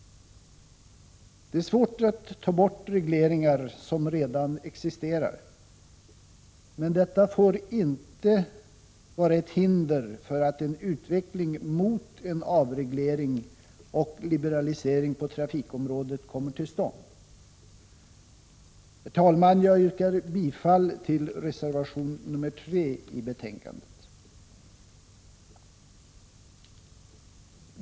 Det är svårt att ta bort regleringar som redan existerar, men detta får inte vara ett hinder för att en utveckling mot en avreglering och liberalisering på trafikområdet kommer till stånd. Herr talman! Jag yrkar bifall till reservation 3 i betänkandet.